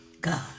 God